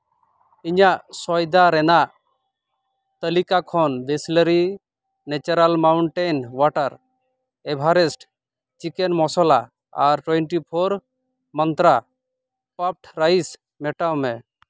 ᱤᱧᱟᱹᱜ ᱥᱚᱭᱫᱟ ᱨᱮᱱᱟᱜ ᱛᱟᱹᱞᱤᱠᱟ ᱠᱷᱚᱱ Bisleri natural mountain water Everest chicken masala ᱟᱨ twenty four Mantra puffed rice ᱢᱮᱴᱟᱣ ᱢᱮ